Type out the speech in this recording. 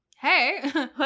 Hey